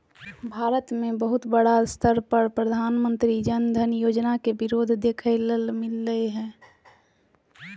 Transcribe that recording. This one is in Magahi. भारत मे बहुत बड़ा स्तर पर प्रधानमंत्री जन धन योजना के विरोध देखे ले मिललय हें